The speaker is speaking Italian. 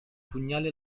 pugnali